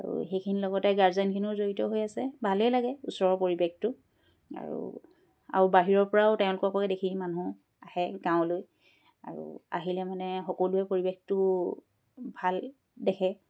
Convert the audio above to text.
আৰু সেইখিনি লগতে গাৰ্জেনখিনিও জড়িত হৈ আছে ভালেই লাগে ওচৰৰ পৰিৱেশটো আৰু বাহিৰৰ পৰাও তেওঁলোককো দেখি মানুহ আহে গাঁৱলৈ আৰু আহিলে মানে সকলোৱে পৰিৱেশটো ভাল দেখে